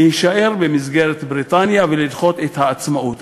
להישאר במסגרת בריטניה ולדחות את העצמאות.